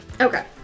Okay